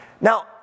Now